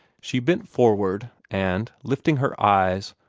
she bent forward, and, lifting her eyes,